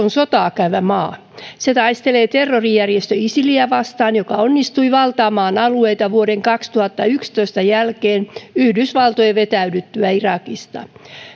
on sotaa käyvä maa se taistelee terrorijärjestö isiliä vastaan joka onnistui valtaamaan alueita vuoden kaksituhattayksitoista jälkeen yhdysvaltojen vetäydyttyä irakista